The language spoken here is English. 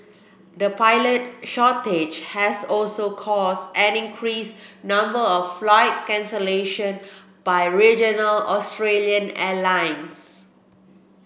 the pilot shortage has also caused an increased number of flight cancellation by regional Australian airlines